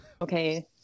Okay